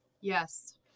Yes